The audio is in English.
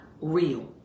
real